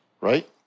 right